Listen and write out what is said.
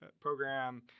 program